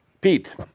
Pete